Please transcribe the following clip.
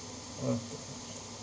okay